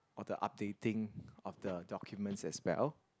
all the updating of the documents as well